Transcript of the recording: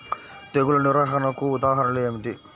తెగులు నిర్వహణకు ఉదాహరణలు ఏమిటి?